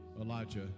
Elijah